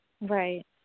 right